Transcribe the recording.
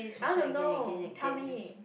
I want to know tell me